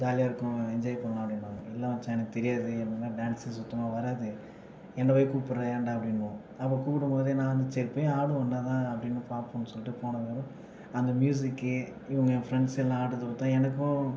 ஜாலியாக இருக்கும் என்ஜாய் பண்ணலாம் அப்படிம்பாங்க இல்லை மச்சான் எனக்கு தெரியாது எனக்கெல்லாம் டான்ஸ்ஸே சுத்தமாக வராது என்னை போய் கூப்பிட்ற ஏன்டா அப்படிம்போம் அப்போது கூப்பிடும்போதே நான் வந்து சரி போய் ஆடுவோம் என்னதா ஆகுதுன்னு பார்ப்போம் சொல்லிட்டு போனால் அந்த மியூசிக்கி இவங்க ஃப்ரெண்ட்ஸ் எல்லாம் ஆடுகிறத பார்த்தா எனக்கும்